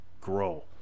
grow